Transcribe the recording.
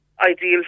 ideal